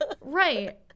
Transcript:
Right